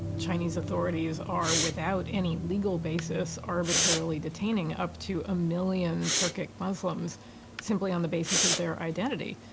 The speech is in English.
chinese authorities are, without any legal basis, arbitrarily detaining up to a million turkic muslims simply on the basis of their identity.